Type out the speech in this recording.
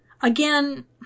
Again